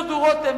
דודו רותם,